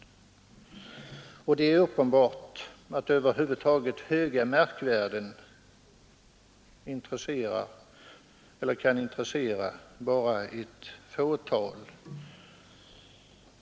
Det är uppenbart att höga markvärden kan intressera bara ett fåtal.